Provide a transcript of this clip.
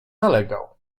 nalegał